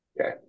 Okay